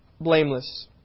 blameless